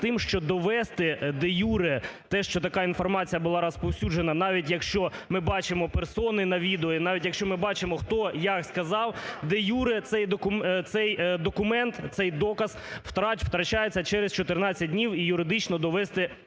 тим, що довести де-юре те, що така інформація була розповсюджена, навіть якщо ми бачимо персони на відео, і навіть, якщо ми бачимо, хто, як сказав, де-юре цей документ, цей доказ втрачається через 14 днів, і юридично довести